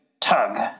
tug